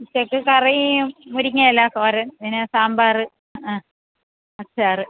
ഉച്ചക്ക് കറി മുരിങ്ങയില തോരൻ പിന്നെ സാമ്പാർ ആ അച്ചാർ